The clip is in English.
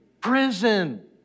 prison